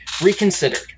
reconsidered